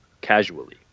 casually